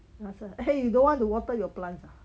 you ask her eh you don't want to water your plant ah